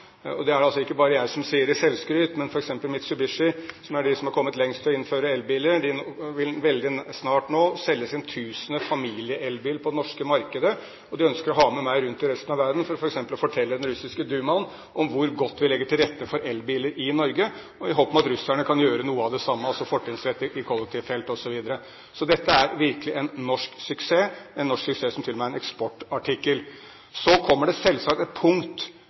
Det er det altså ikke bare jeg som sier i selvskryt, men Mitsubishi, som er de som har kommet lengst i å innføre elbiler, vil veldig snart selge sin tusende familieelbil på det norske markedet. De ønsker å ha meg med rundt i resten av verden for å fortelle f.eks. den russiske dumaen hvor godt vi legger til rette for elbiler i Norge, i håp om at russerne kan gjøre noe av det samme, altså fortrinnsrett i kollektivfelt osv. Så dette er virkelig en norsk suksess – en norsk suksess som til og med er en eksportartikkel. Så kommer det selvsagt til et punkt